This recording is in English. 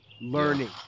learning